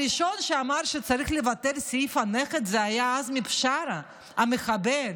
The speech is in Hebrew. הראשון שאמר שצריך לבטל את סעיף הנכד היה עזמי בשארה המחבל.